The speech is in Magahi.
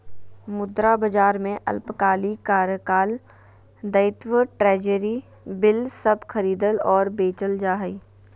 मुद्रा बाजार में अल्पकालिक कार्यकाल दायित्व ट्रेज़री बिल सब खरीदल और बेचल जा हइ